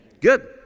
Good